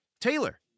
Taylor